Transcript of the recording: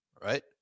right